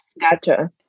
Gotcha